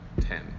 ten